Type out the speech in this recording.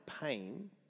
pain